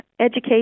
education